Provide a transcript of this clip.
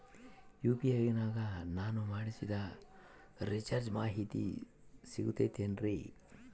UPI ನಾಗ ನಾನು ಮಾಡಿಸಿದ ರಿಚಾರ್ಜ್ ಮಾಹಿತಿ ಸಿಗುತೈತೇನ್ರಿ?